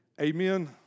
Amen